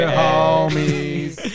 homies